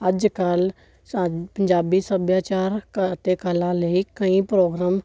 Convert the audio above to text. ਅੱਜ ਕੱਲ੍ਹ ਸ ਪੰਜਾਬੀ ਸੱਭਿਆਚਾਰਕ ਅਤੇ ਕਲਾ ਲਈ ਕਈ ਪ੍ਰੋਗਰਾਮ